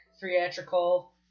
theatrical